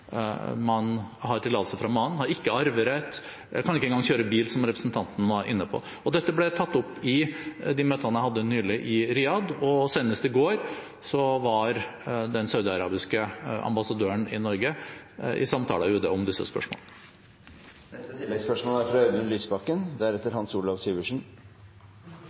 kjøre bil, som representanten var inne på. Dette ble tatt opp i de møtene jeg hadde nylig i Riyadh, og senest i går var den saudiarabiske ambassadøren i Norge i samtaler i Utenriksdepartementet om disse spørsmålene. Audun Lysbakken – til oppfølgingsspørsmål. Det er